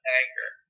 anger